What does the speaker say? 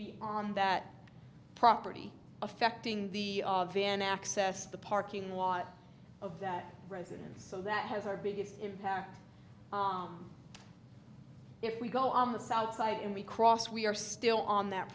be on that property affecting the van access the parking lot of that residence so that has our biggest impact if we go on the south side and we cross we are still on that